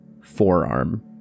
forearm